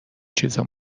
چیزا